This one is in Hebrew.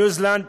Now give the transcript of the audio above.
ניו זילנד,